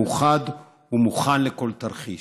מאוחד ומוכן לכל תרחיש.